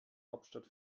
hauptstadt